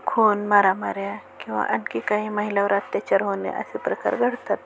खून मारामाऱ्या किंवा आणखी काही महिलावर अत्याच्यार होणे असे प्रकार घडतात